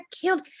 killed